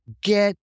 get